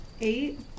eight